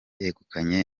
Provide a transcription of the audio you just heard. yegukanywe